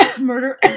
murder